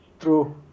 True